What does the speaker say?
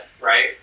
right